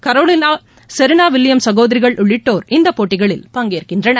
Carolina Pliskova Serena Williams சகோதரிகள் உள்ளிட்டோர் இந்த போட்டிகளில் பங்கேற்கின்றனர்